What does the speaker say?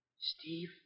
Steve